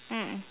mm